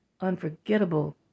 unforgettable